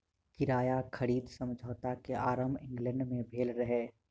किराया खरीद समझौता के आरम्भ इंग्लैंड में भेल रहे